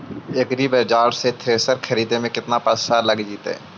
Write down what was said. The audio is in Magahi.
एग्रिबाजार से थ्रेसर खरिदे में केतना पैसा लग जितै?